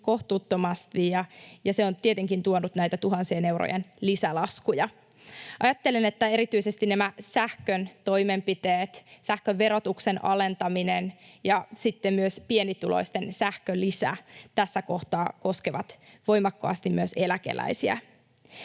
kohtuuttomasti, ja se on tietenkin tuonut näitä tuhansien eurojen lisälaskuja. Ajattelen, että erityisesti nämä sähkön toimenpiteet, sähkön verotuksen alentaminen ja sitten myös pienituloisten sähkölisä, tässä kohtaa koskevat voimakkaasti myös eläkeläisiä.